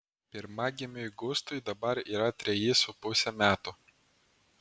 pirmagimiui gustui dabar yra treji su puse metų